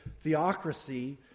theocracy